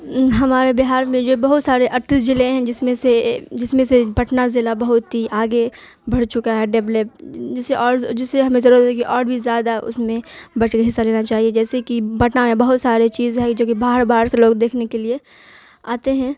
ہمارے بہار میں جو بہت سارے اڑتیس ضلع ہیں جس میں سے جس میں سے پٹنہ ضلع بہت ہی آگے بڑھ چکا ہے ڈیولپ جسے اور جس سے ہمیں ضرورت ہے کہ اور بھی زیادہ اس میں بڑھ چڑھ کے حصہ لینا چاہیے جیسے کہ بٹنہ میں بہت سارے چیز ہے جو کہ باہر باہر سے لوگ دیکھنے کے لیے آتے ہیں